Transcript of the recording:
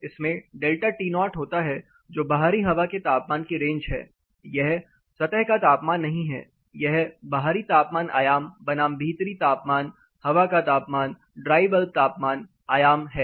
इसमें delta To होता है जो बाहरी हवा के तापमान की रेंज है यह सतह का तापमान नहीं है यह बाहरी तापमान आयाम बनाम भीतरी तापमान हवा का तापमान ड्राइ बल्ब तापमान आयाम है